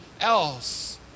else